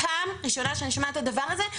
וזאת הפעם הראשונה שאני שומעת את הדבר הזה,